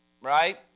right